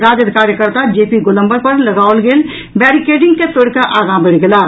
राजद कार्यकर्ता J P Golambar पर लगाओल गेल बैरिकेडिंग के तोड़िकऽ आंगा बढ़ि गेलाह